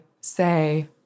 say